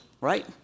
right